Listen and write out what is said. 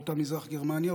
באותה מזרח גרמניה.